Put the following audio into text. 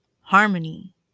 harmony